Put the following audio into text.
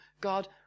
God